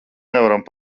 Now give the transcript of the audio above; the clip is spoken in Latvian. nevaram